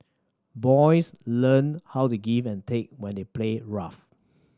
boys learn how to give and take when they play rough